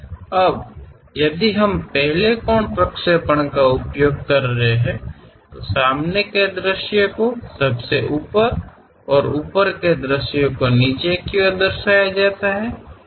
अब यदि हम पहले कोण प्रक्षेपण का उपयोग कर रहे हैं तो सामने के दृश्य को सबसे ऊपर और ऊपर के दृश्य को नीचे की ओर दर्शाया जाता हैं